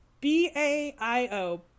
B-A-I-O